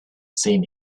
seen